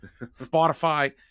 Spotify